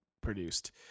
produced